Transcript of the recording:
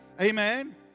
amen